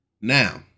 Now